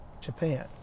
Japan